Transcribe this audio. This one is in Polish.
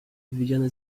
widziane